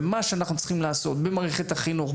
במערכת החינוך,